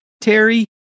Terry